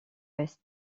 ouest